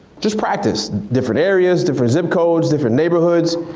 just practice, different areas, different zip codes, different neighborhoods.